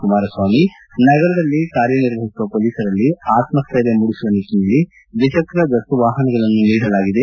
ಕುಮಾರಸ್ವಾಮಿ ನಗರದಲ್ಲಿ ಕಾರ್ಯನಿರ್ವಹಿಸುವ ಪೊಲೀಸರಲ್ಲಿ ಆತಸ್ಟೈರ್ಯ ಮೂಡಿಸುವ ನಿಟ್ಟನಲ್ಲಿ ದ್ವಿಚಕ್ರ ಗಸ್ತು ವಾಹನಗಳನ್ನು ನೀಡಲಾಗಿದೆ